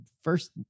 first